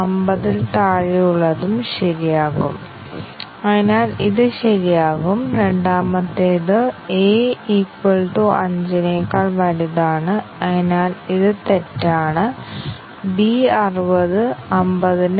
അതിനാൽ കാര്യങ്ങൾ ശരിയായി കണ്ടെത്തിയോ എന്ന് പരിശോധിക്കാൻ ഞങ്ങൾ തെറ്റ് അടിസ്ഥാനമാക്കിയുള്ള ടെസ്റ്റിംഗ് ടെക്നിക്കുകൾ ഉപയോഗിക്കും